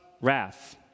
wrath